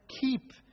keep